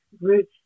roots